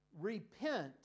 Repent